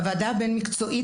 הועדה הבין-מקצועית,